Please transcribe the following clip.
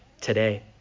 today